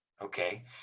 Okay